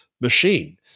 machine